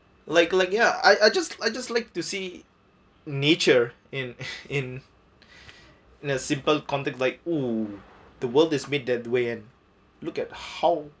like like ya I I just I just like to see nature in in in a simple context like oh the world is made that way and look at how